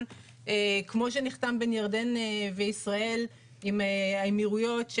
כמו שנחתם בין ירדן וישראל עם האמירויות,